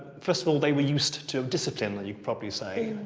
first of all, they were used to discipline, like you'd probably say.